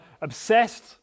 obsessed